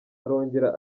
arongera